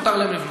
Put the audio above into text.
מותר להם לבנות.